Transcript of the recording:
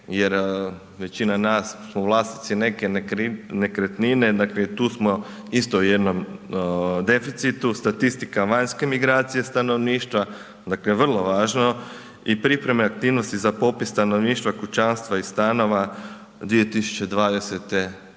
jer većina nas smo vlasnici neke nekretnine dakle i tu smo isto u jednom deficitu statistika vanjske migracije stanovništva, dakle vrlo važno i pripreme aktivnosti za popis stanovništva kućanstva i stanova 2020. do '21.